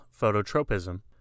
phototropism